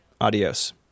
Adios